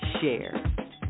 share